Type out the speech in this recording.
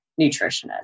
nutritionist